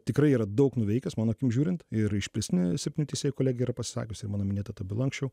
tikrai yra daug nuveikęs mano akim žiūrint ir išplėstinė septynių teisėjų kolegija pasakiusi mano minėta ta byla anksčiau